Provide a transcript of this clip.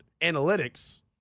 analytics